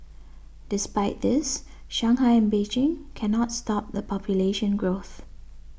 despite this Shanghai and Beijing cannot stop the population growth